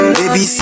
baby